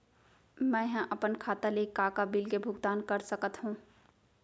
मैं ह अपन खाता ले का का बिल के भुगतान कर सकत हो